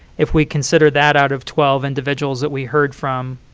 if we consider that out of twelve individuals that we heard from,